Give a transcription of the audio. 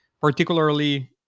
particularly